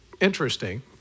Interesting